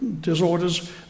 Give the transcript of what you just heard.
disorders